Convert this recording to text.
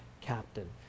captain